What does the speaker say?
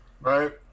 Right